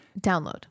Download